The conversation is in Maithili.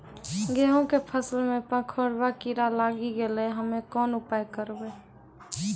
गेहूँ के फसल मे पंखोरवा कीड़ा लागी गैलै हम्मे कोन उपाय करबै?